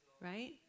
right